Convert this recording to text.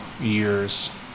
years